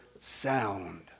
sound